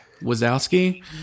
Wazowski